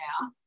now